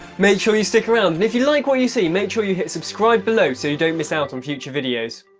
make sure you stick around, and if you like what you see make sure you hit subscribe below so you don't miss out on future videos.